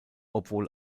obwohl